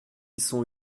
sont